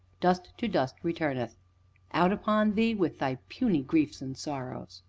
dust to dust returneth out upon thee, with thy puny griefs and sorrows.